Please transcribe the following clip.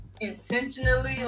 intentionally